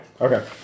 Okay